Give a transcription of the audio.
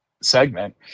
segment